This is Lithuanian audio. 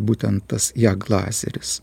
būtent tas jag lazeris